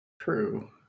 True